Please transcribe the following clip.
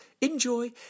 enjoy